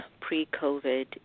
pre-COVID